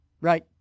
Right